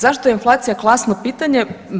Zašto je inflacija klasno pitanje?